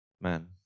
Man